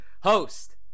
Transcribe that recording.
host